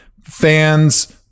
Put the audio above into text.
fans